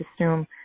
assume